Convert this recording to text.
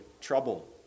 trouble